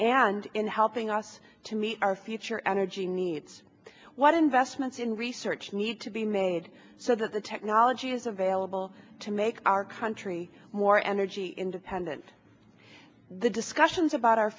and in helping us to meet our future energy needs what investments in research need to be made so that the technology is available to make our country more energy independent the discussions about our